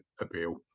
Appeal